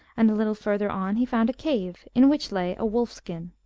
and a little further on he found a cave, in which lay a wolf-skin.